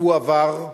והוא עבר,